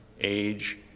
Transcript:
age